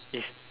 is